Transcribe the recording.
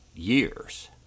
Years